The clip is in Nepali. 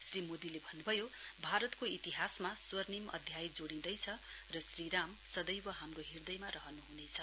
श्री मोदीले भन्नुभयो भारतको इतिहासमा स्वर्णिम इतिहास जोडिदैछ श्रीराम सदैव हाम्रो हृदयमा रहनु हुनेछ